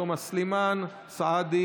עאידה תומא סלימאן, אוסאמה סעדי